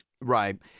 Right